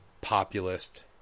populist